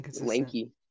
lanky